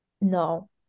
No